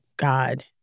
God